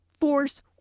force